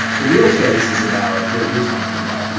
the real choice is about what you're talking about, you know.